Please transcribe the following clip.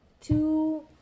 Two